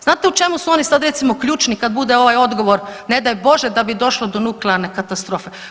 Znate u čemu su oni sad, recimo, ključni kad bude ovaj odgovor, ne daj Bože da bi došlo do nuklearne katastrofe?